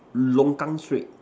longkang straight